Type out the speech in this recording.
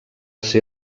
ser